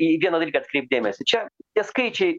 į vieną dalyką atkreipt dėmesį čia tie skaičiai